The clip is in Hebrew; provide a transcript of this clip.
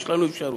יש לנו אפשרות